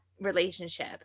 relationship